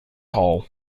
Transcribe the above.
hall